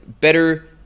better